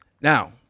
Now